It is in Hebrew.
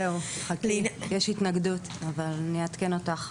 יש התנגדות אבל אני אעדכן אותך.